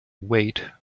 wait